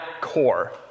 core